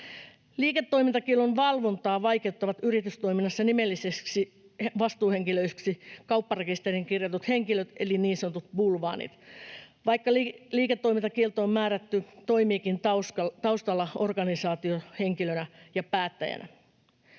Liiketoimintakiellon valvontaa vaikeuttavat yritystoiminnassa nimellisiksi vastuuhenkilöiksi kaupparekisteriin kirjatut henkilöt eli niin sanotut bulvaanit, vaikka liiketoimintakieltoon määrätty toimiikin taustalla organisaatiohenkilönä ja päättäjänä.